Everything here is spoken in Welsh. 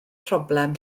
problem